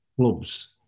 clubs